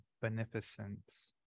beneficence